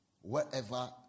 wherever